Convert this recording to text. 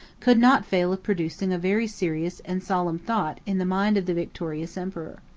could not fail of producing very serious and solemn thoughts in the mind of the victorious emperor.